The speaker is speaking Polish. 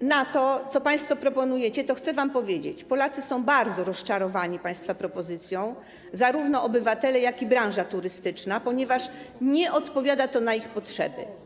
na to, co państwo proponujecie, chcę wam powiedzieć, że Polacy są bardzo rozczarowani państwa propozycją, zarówno obywatele, jak i branża turystyczna, ponieważ nie odpowiada to na ich potrzeby.